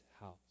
house